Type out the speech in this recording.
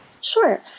Sure